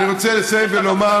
אני רוצה לסיים ולומר,